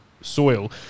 soil